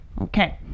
Okay